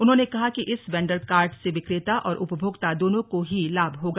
उन्होंने कहा कि इस वेंडर कार्ट से विक्रेता और उपभोक्ता दोनों को ही लाभ होगा